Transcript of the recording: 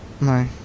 No